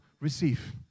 Receive